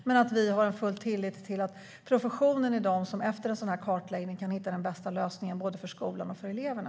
Men vi måste ha tillit till att professionen efter kartläggningen kan hitta den bästa lösningen både för skolan och för eleverna.